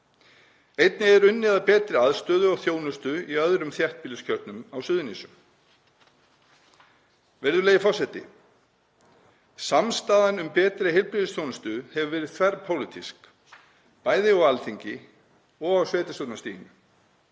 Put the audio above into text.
Einnig er unnið að betri aðstöðu og þjónustu í öðrum þéttbýliskjörnum á Suðurnesjum. Virðulegi forseti. Samstaðan um betri heilbrigðisþjónustu hefur verið þverpólitísk, bæði á Alþingi og á sveitarstjórnarstiginu.